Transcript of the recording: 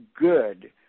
good